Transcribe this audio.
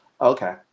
Okay